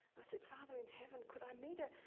i said, father in heaven could i meet a